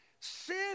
Sin